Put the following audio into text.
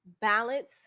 balance